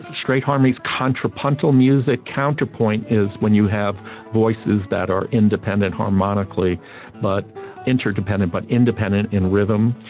strait harmonies, contrapuntal music. counterpoint is when you have voices that are independent harmonically but interdependent but independent in rhythm.